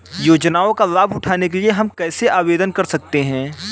योजनाओं का लाभ उठाने के लिए हम कैसे आवेदन कर सकते हैं?